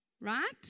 Right